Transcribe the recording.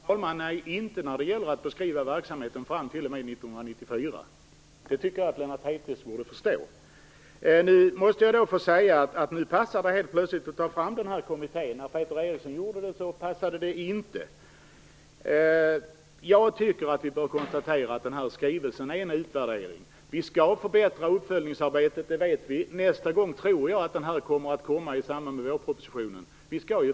Herr talman! I skrivelsen beskrivs verksamheten fram t.o.m. 1994. Det tycker jag att Lennart Hedquist borde förstå. Nu passar det helt plötsligt att ta fram kommittéerna. När Peter Eriksson gjorde det, passade det inte. Jag tycker att vi bör konstatera att denna skrivelse är en utvärdering. Vi vet att uppföljningsarbetet skall förbättras. Nästa gång tror jag att skrivelsen kommer i samband med vårpropositionen.